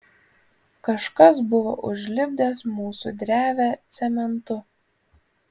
kažkas buvo užlipdęs mūsų drevę cementu